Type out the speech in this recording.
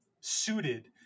suited